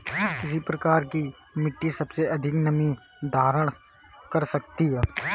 किस प्रकार की मिट्टी सबसे अधिक नमी धारण कर सकती है?